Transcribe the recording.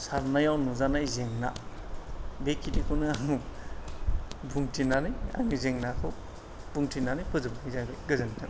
सारनायाव नुजानाय जेंना बेखिनिखौनो आं बुंथिनानै आंनि जेंनाखौ बुंथिनानै फोजोबनाय जाबाय गोजोन्थों